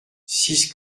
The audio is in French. six